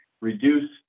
reduce